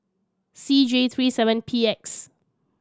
C J three seven P X